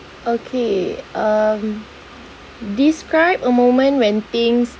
okay um describe a moment when things